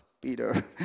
Peter